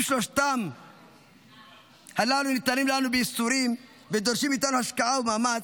אם שלושת הללו ניתנים לנו בייסורים ודורשים מאיתנו השקעה ומאמץ,